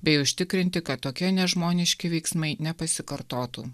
bei užtikrinti kad tokie nežmoniški veiksmai nepasikartotų